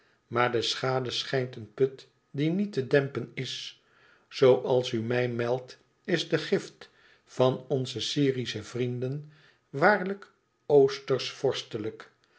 maar de schade schijnt een put die niet te dempen is zooals u mij meldt is de gift van onze syrische vrienden waarlijk